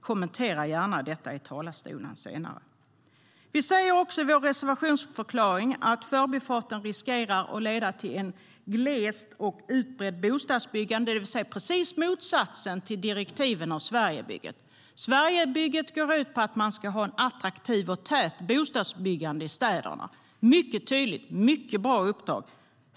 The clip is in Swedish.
Kommentera gärna detta i talarstolen senare! Vi säger också i vår reservationsförklaring att Förbifarten riskerar att leda till ett glest och utspritt bostadsbyggande, det vill säga precis motsatsen till direktiven för Sverigebygget. Sverigebygget går ut på att man ska ha ett attraktivt och tätt bostadsbyggande i städerna. Det är ett mycket tydligt och bra uppdrag.